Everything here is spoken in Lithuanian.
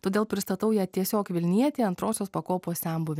todėl pristatau ją tiesiog vilnietė antrosios pakopos senbuvė